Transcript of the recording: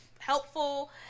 helpful